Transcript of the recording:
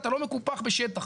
אתה לא מקופח בשטח.